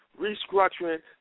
restructuring